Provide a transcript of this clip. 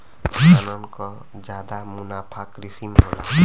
किसानन क जादा मुनाफा कृषि में होला